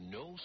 no